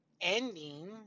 ending